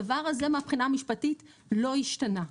הדבר הזה מהבחינה המשפטית לא השתנה.